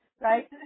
Right